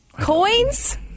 coins